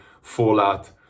fallout